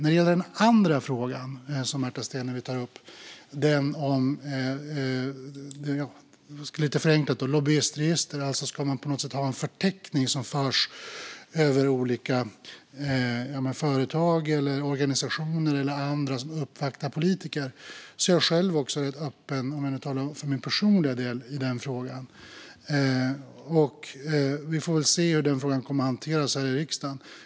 Den andra frågan som Märta Stenevi tar upp gäller lite förenklat ett lobbyistregister, alltså om man ska ha en förteckning över olika företag, organisationer eller andra som uppvaktar politiker. För min personliga del är jag rätt öppen i den frågan. Vi får väl se hur den kommer att hanteras i riksdagen.